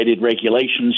regulations